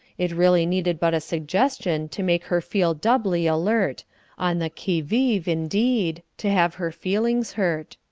it really needed but a suggestion to make her feel doubly alert on the qui vive, indeed to have her feelings hurt.